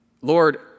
Lord